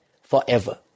forever